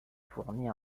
fournit